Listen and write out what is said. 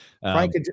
Frank